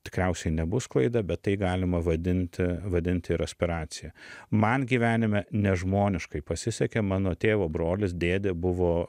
tikriausiai nebus klaida bet tai galima vadinti vadinti ir aspiracija man gyvenime nežmoniškai pasisekė mano tėvo brolis dėdė buvo